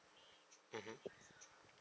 mmhmm